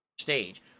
stage